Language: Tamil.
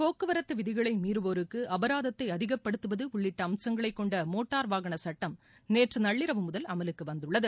போக்குவரத்து விதிகளை மீறுவோருக்கு அபராதத்தை அதிகப்படுத்துவது உள்ளிட்ட அம்சங்களை கொண்ட மோட்டார் வாகன சட்டம் நேற்று நள்ளிரவு முதல் அமலுக்கு வந்துள்ளது